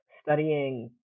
studying